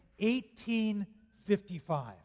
1855